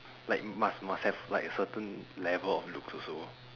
like must must have like a certain level of looks also